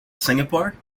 singapore